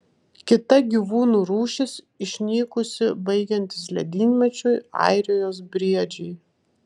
kita gyvūnų rūšis išnykusi baigiantis ledynmečiui airijos briedžiai